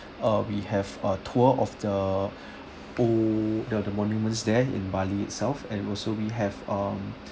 uh we have ah tour of the to the the monuments there in bali itself and also we have um